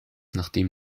nachdem